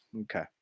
Okay